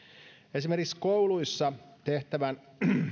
esimerkiksi kouluissa tehtävän